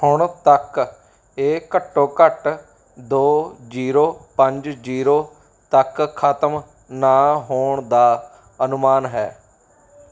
ਹੁਣ ਤੱਕ ਇਹ ਘੱਟੋ ਘੱਟ ਦੋ ਜੀਰੋ ਪੰਜ ਜੀਰੋ ਤੱਕ ਖਤਮ ਨਾ ਹੋਣ ਦਾ ਅਨੁਮਾਨ ਹੈ